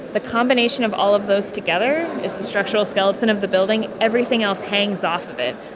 the combination of all of those together is the structural skeleton of the building. everything else hangs off of it.